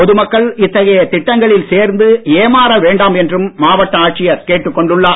பொதுமக்கள் இத்தகைய திட்டங்களில் சேர்ந்து ஏமாற வேண்டாம் என்றும் மாவட்ட ஆட்சியர் கேட்டுக் கொண்டுள்ளார்